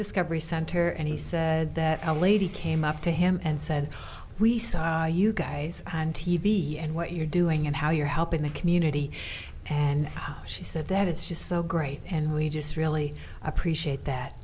discovery center and he said that a lady came up to him and said we saw you guys on t v and what you're doing and how you're helping the community and she said that it's just so great and we just really appreciate that